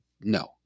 no